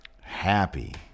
Happy